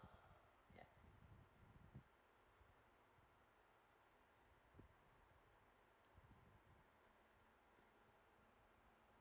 yeah